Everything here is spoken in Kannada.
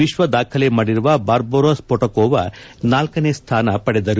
ವಿಶ್ವ ದಾಖಲೆ ಮಾಡಿರುವ ಬಾರ್ಬೊರಾ ಸ್ಪೊಟಕೊವ ನಾಲ್ಕನೇ ಸ್ಥಾನ ಪಡೆದರು